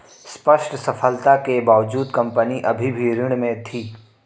स्पष्ट सफलता के बावजूद कंपनी अभी भी ऋण में थी